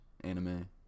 anime